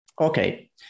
Okay